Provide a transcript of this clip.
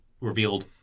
revealed